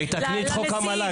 שיתקנו את חוק המל"ג.